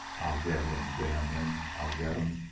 i'll get him, damn him! i'll get him!